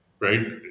Right